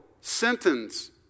sentence